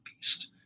beast